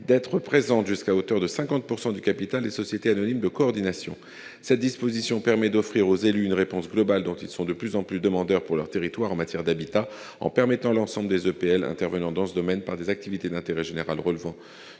-d'être présentes jusqu'à hauteur de 50 % du capital des sociétés anonymes de coordination. Cette disposition permet d'offrir aux élus une réponse globale, dont ils sont de plus en plus demandeurs pour leurs territoires en matière d'habitat, en autorisant l'ensemble des EPL intervenant dans ce domaine par des activités relevant